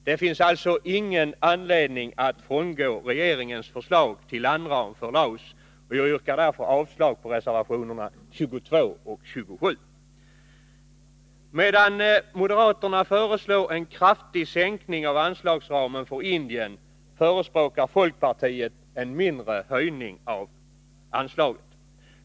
Det finns alltså ingen anledning att frångå regeringens förslag till landram för Laos, och jag yrkar därför avslag på reservationerna 22 och 27. Medan moderaterna föreslår en kraftig sänkning av anslagsramen för Indien, förespråkar folkpartiet en mindre höjning av anslaget.